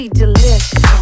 delicious